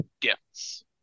gifts